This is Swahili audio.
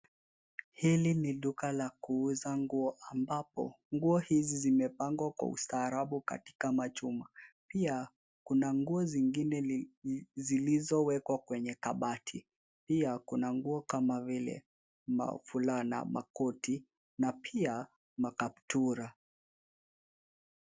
Hili ni duka la kuuza nguo ambapo nguo hizi zimepangwa kwa ustaarabu katika machuma pia, kuna nguo zingine zilizowekwa kwenye kabati. Pia kuna nguo kama vile mafulana, makoti na pia makaptura.